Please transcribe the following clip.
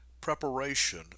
preparation